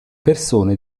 persone